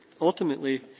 ultimately